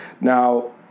Now